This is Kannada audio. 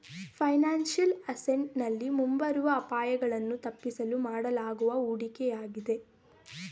ಫೈನಾನ್ಸಿಯಲ್ ಅಸೆಂಟ್ ನಲ್ಲಿ ಮುಂಬರುವ ಅಪಾಯಗಳನ್ನು ತಪ್ಪಿಸಲು ಮಾಡಲಾಗುವ ಹೂಡಿಕೆಯಾಗಿದೆ